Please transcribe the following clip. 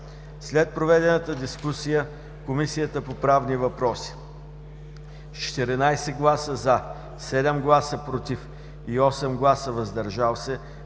След проведената дискусия, Комисията по правни въпроси с 14 гласа „за”, 7 гласа „против“ и без „въздържали